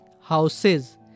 houses